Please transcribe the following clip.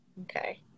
Okay